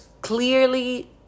clearly